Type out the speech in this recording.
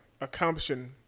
accomplishing